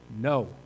no